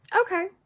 Okay